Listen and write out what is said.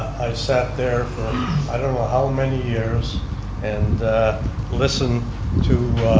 i sat there for i don't know how many years and listened to